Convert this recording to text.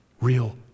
real